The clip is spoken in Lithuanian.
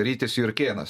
rytis jurkėnas